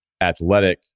athletic